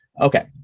Okay